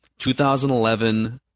2011